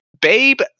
Babe